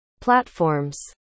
Platforms